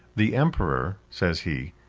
the emperor, says he,